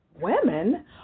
women